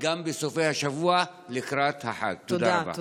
לכן צריך לאפשר אוויר לנשימה גם בסופי השבוע לקראת החג.